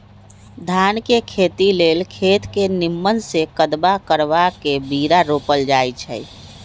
धान के खेती लेल खेत के निम्मन से कदबा करबा के बीरा रोपल जाई छइ